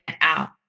out